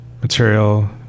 material